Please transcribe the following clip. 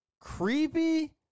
creepy